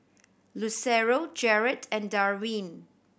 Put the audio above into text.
Lucero Jared and Darvin